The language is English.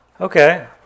Okay